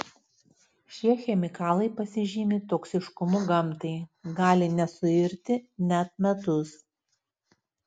šie chemikalai pasižymi toksiškumu gamtai gali nesuirti net metus